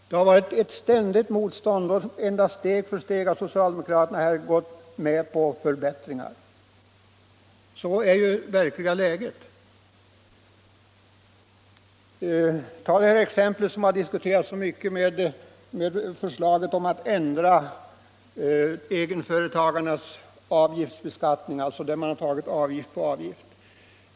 Det har varit ett ständigt motstånd, endast steg för steg har socialdemokraterna gått med på förbättringar. Så är det verkliga förhållandet. Tag t.ex. den skattefråga som nu diskuterats så mycket — förslaget om att ändra egenföretagarnas avgiftsbeskattning, där det alltså tagits avgifter på avgifter.